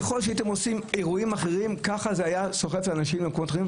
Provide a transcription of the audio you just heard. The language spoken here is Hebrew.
ככל שהייתם עושים אירועים אחרים כך זה היה סוחף אנשים למקומות אחרים.